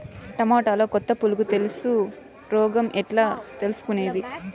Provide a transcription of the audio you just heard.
టమోటాలో కొత్త పులుగు తెలుసు రోగం ఎట్లా తెలుసుకునేది?